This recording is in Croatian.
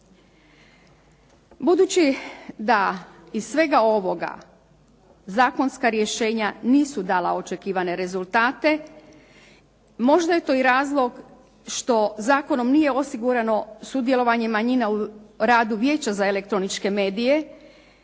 Budući da iz svega ovoga zakonska rješenja nisu dala očekivane rezultate možda je to i razlog što zakonom nije osigurano sudjelovanje manjina u radu Vijeća za elektroničke medije.